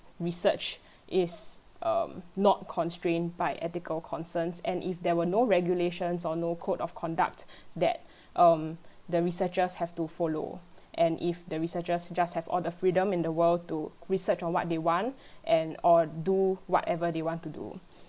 research is um not constrained by ethical concerns and if they were no regulations or no code of conduct that um the researchers have to follow and if the researchers just have all the freedom in the world to research on what they want and or do whatever they want to do